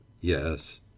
Yes